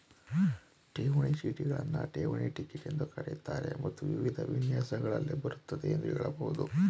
ಠೇವಣಿ ಚೀಟಿಗಳನ್ನ ಠೇವಣಿ ಟಿಕೆಟ್ ಎಂದೂ ಕರೆಯುತ್ತಾರೆ ಮತ್ತು ವಿವಿಧ ವಿನ್ಯಾಸಗಳಲ್ಲಿ ಬರುತ್ತೆ ಎಂದು ಹೇಳಬಹುದು